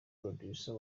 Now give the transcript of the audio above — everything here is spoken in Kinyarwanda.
producer